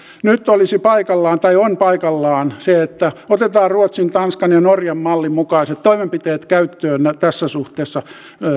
nyt olisi paikallaan tai on paikallaan se että otetaan ruotsin tanskan ja norjan mallin mukaiset toimenpiteet käyttöön tässä suhteessa